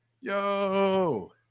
Yo